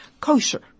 kosher